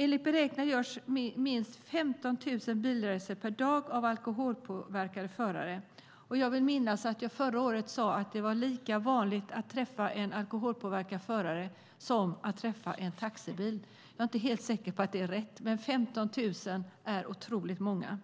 Enligt beräkningar görs minst 15 000 bilresor per dag av alkoholpåverkade förare. Jag vill minnas att jag förra året sade att det var lika vanligt att träffa en alkoholpåverkad förare som att träffa en taxibil. Jag är inte säker på att det är rätt, men 15 000 är otroligt många.